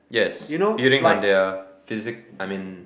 yes building on their physique I mean